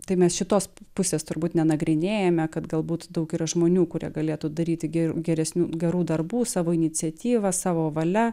tai mes šitos pusės turbūt nenagrinėjame kad galbūt daug yra žmonių kurie galėtų daryti gerų geresnių gerų darbų savo iniciatyva savo valia